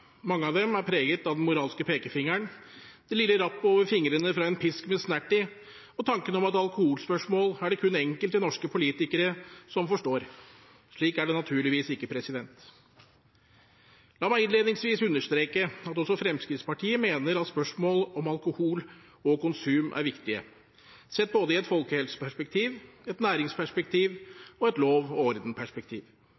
Mange av dem er preget av den moralske pekefingeren, det lille rappet over fingrene fra en pisk med snert i og tanken om at alkoholspørsmål er det kun enkelte norske politikere som forstår. Slik er det naturligvis ikke. La meg innledningsvis understreke at også Fremskrittspartiet mener at spørsmål om alkohol og konsum er viktige, sett i både et folkehelseperspektiv, et næringsperspektiv og et lov og